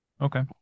Okay